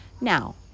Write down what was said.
now